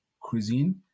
cuisine